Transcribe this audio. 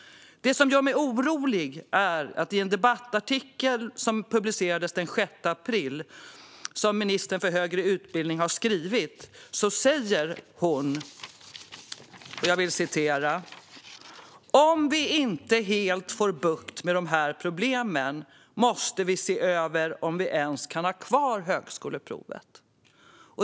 Det som gör mig orolig är att ministern för högre utbildning har skrivit en debattartikel, publicerad den 6 april, där hon säger: "Om vi inte helt får bukt på de här problemen måste vi se över om vi ens kan ha kvar högskoleprovet."